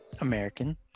American